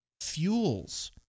fuels